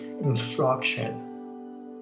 instruction